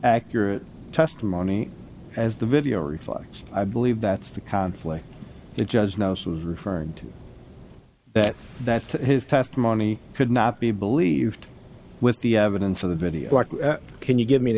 accurate testimony as the video reflects i believe that's the conflict judge knows was referring to that that his testimony could not be believed with the evidence of the video can you give me an